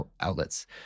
outlets